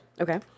Okay